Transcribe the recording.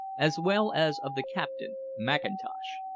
as well as of the captain, mackintosh.